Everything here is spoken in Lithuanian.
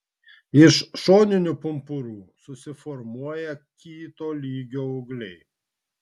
iš šoninių pumpurų susiformuoja kito lygio ūgliai